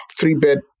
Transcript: three-bed